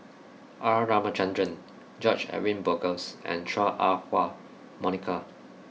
R Ramachandran George Edwin Bogaars and Chua Ah Huwa Monica